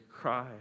cry